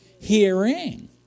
Hearing